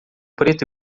preto